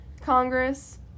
Congress